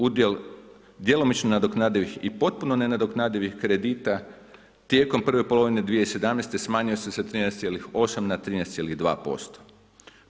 Udjel djelomično nadoknadivih i potpuno nenadoknadivih kredita tijekom prve polovine 2017. smanjio se sa 13,8 na 13,2%